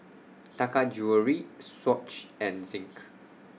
Taka Jewelry Swatch and Zinc